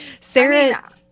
Sarah